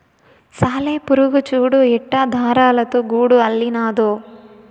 సాలెపురుగు చూడు ఎట్టా దారాలతో గూడు అల్లినాదో